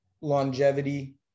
longevity